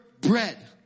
bread